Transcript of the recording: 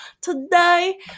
today